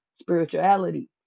spirituality